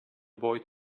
boy